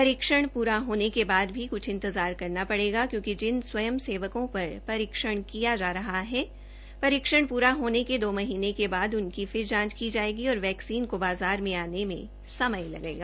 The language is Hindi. सरीक्षण स्रा होने बाद भी क्छ इंतजार करना होगा क्योंकि जिन स्वयं सेवकों सर सरीक्षण किया जा रहा है सरीक्षण प्ररा होने के दो महीनें के बाद उनकी फिर जांच की जायेगी और वैक्सीन को बाज़ार में आने में समय लगेगा